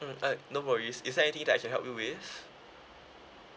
mm uh no worries is there anything that I can help you with